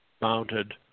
mounted